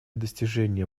достижения